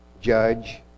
judge